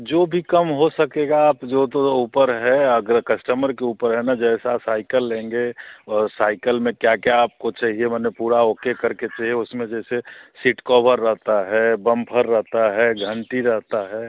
जो भी कम हो सकेगा आप जो तो ऊपर है अगर कस्टमर के ऊपर है ना जैसी साइकल लेंगे और साइकल में क्या क्या आपको चाहिए माने पूरा ओके कर के चाहिए उसमें जैसे सीट कॉभर रहता है बम्फर रहता है घंटी रहती है